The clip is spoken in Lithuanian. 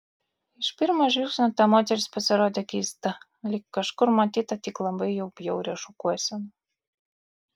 iš pirmo žvilgsnio ta moteris pasirodė keista lyg kažkur matyta tik labai jau bjauria šukuosena